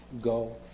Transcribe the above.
go